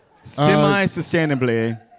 Semi-sustainably